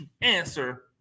answer